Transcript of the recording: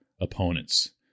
opponents